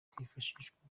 kwifashishwa